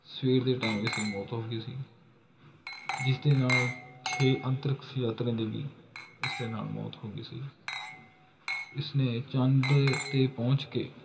ਸਵੇਰ ਦੇ ਟਾਈਮ ਇਸ ਦੀ ਮੌਤ ਹੋ ਗਈ ਸੀ ਜਿਸ ਦੇ ਨਾਲ ਛੇ ਅੰਤਰਿਕਸ਼ ਯਾਤਰੀਆਂ ਦੀ ਵੀ ਇਸ ਦੇ ਨਾਲ ਮੌਤ ਹੋ ਗਈ ਸੀ ਇਸ ਨੇ ਚੰਦ ਦੇ ਉੱਤੇ ਪਹੁੰਚ ਕੇ